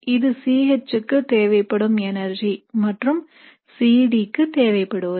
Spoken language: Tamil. இது C H க்கு தேவைப்படும் எனர்ஜி மற்றும் C D க்கு தேவைப்படுவது